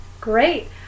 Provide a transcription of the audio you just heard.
great